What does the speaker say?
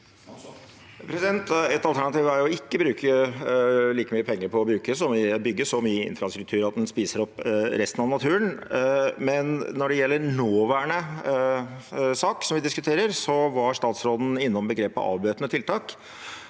Et alternativ er å ikke bruke like mye penger på å bygge så mye infrastruktur at en spiser opp resten av naturen. Når det gjelder den nåværende saken som vi diskuterer, var statsråden innom begrepet avbøtende tiltak.